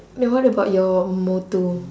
then what about your motor